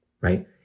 right